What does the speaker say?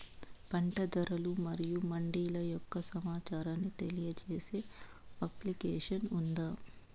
పంట ధరలు మరియు మండీల యొక్క సమాచారాన్ని తెలియజేసే అప్లికేషన్ ఉందా?